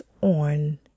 on